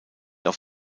auf